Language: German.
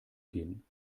gehen